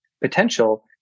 potential